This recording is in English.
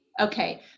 Okay